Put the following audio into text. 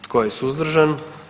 Tko je suzdržan?